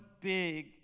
big